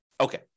Okay